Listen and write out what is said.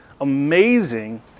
amazing